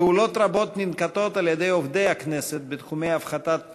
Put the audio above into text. פעולות רבות ננקטות על-ידי עובדי הכנסת בתחומי הפחתת פסולת,